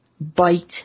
bite